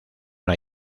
una